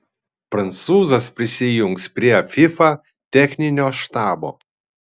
prancūzas prisijungs prie fifa techninio štabo